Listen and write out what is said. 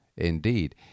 Indeed